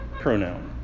pronoun